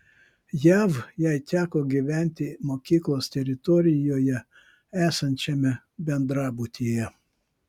jav jai teko gyventi mokyklos teritorijoje esančiame bendrabutyje